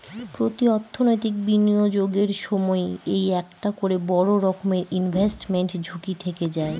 প্রতি অর্থনৈতিক বিনিয়োগের সময় এই একটা করে বড়ো রকমের ইনভেস্টমেন্ট ঝুঁকি থেকে যায়